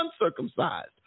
uncircumcised